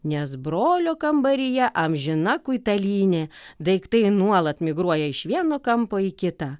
nes brolio kambaryje amžina kuitalynė daiktai nuolat migruoja iš vieno kampo į kitą